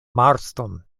marston